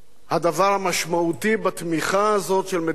הדבר המשמעותי בתמיכה הזאת של מדינות